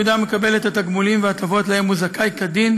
יהודה מקבל את התגמולים וההטבות שלהם הוא זכאי כדין,